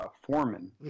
Foreman